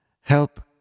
Help